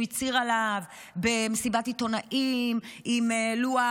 שהוא הצהיר עליו במסיבת עיתונאים עם לוח